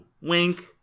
Wink